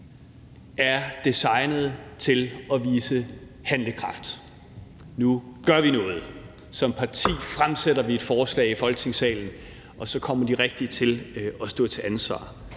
er designet til at vise handlekraft. Nu gør vi noget. Som parti fremsætter vi et forslag i Folketingssalen, og så kommer de rigtig til at stå til ansvar.